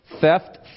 Theft